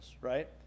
right